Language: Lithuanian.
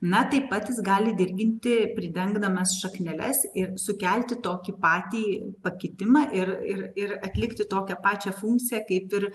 na taip pat jis gali dirginti pridengdamas šakneles ir sukelti tokį patį pakitimą ir ir ir atlikti tokią pačią funkciją kaip ir